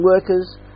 workers